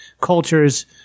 cultures